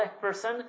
person